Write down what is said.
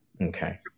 okay